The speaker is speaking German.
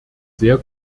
sehr